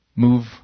move